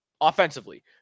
Offensively